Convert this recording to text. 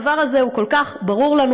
הדבר הזה הוא כל כך ברור לנו,